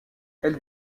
elle